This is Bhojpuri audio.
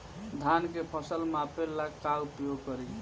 धान के फ़सल मापे ला का उपयोग करी?